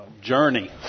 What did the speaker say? journey